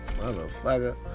motherfucker